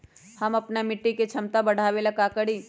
हम अपना मिट्टी के झमता बढ़ाबे ला का करी?